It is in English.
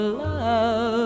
love